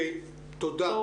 תודה.